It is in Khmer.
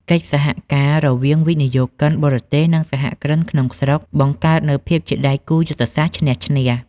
កិច្ចសហការរវាងវិនិយោគិនបរទេស និងសហគ្រិនក្នុងស្រុក បង្កើតនូវភាពជាដៃគូយុទ្ធសាស្ត្រឈ្នះ-ឈ្នះ។